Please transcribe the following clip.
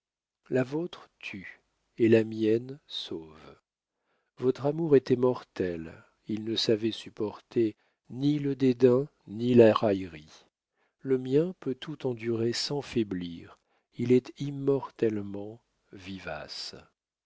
la vôtre tue et la mienne sauve votre amour était mortel il ne savait supporter ni le dédain ni la raillerie le mien peut tout endurer sans faiblir il est immortellement vivace